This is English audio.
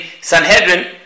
Sanhedrin